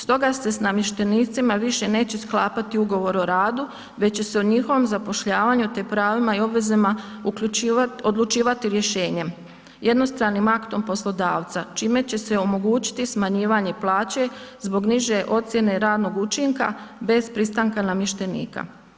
Stoga se sa namještenicima više neće sklapati ugovor o radu već će se o njihovom zapošljavanju, te pravima i obvezama odlučivati rješenjem, jednostranim aktom poslodavca čime će se omogućiti smanjivanje plaće zbog niže ocjene radnog učinka bez pristanka namještenika.